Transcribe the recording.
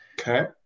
Okay